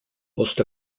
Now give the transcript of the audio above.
most